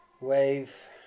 Wave